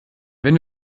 wenn